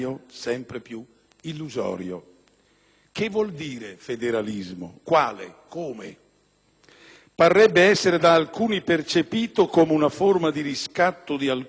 Che vuol dire federalismo? Quale? Come? Parrebbe essere da alcuni percepito come una forma di riscatto di taluni rispetto ad altri.